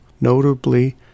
notably